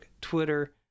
Twitter